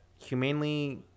humanely